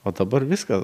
o dabar viską